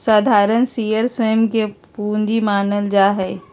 साधारण शेयर स्वयं के पूंजी मानल जा हई